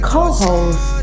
Co-host